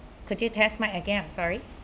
could you test mic again I'm sorry